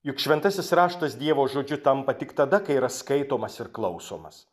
juk šventasis raštas dievo žodžiu tampa tik tada kai yra skaitomas ir klausomas